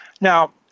Now